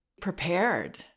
prepared